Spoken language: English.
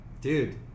dude